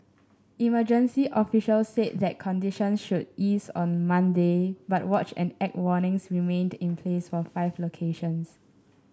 emergency officials said that conditions should ease on Monday but watch and act warnings remained in place for five locations